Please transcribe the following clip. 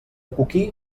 coquí